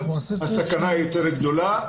הסכנה היא יותר גדולה.